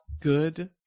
Good